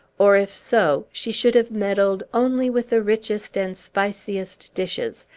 or, if so, she should have meddled only with the richest and spiciest dishes,